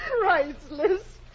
priceless